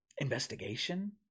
Investigation